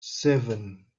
seven